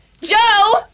Joe